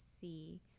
see